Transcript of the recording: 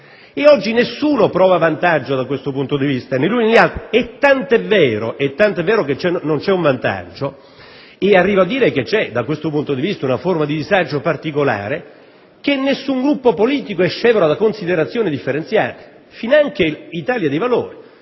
e oggi nessuno trae vantaggio da questo punto di vista, né gli uni, né gli altri. Tant'è vero che non c'è un vantaggio, e arrivo a dire che c'è, da questo punto di vista, un disagio particolare, che nessun Gruppo politico è scevro da considerazioni differenziate, finanche Italia Dei Valori: